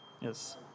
Yes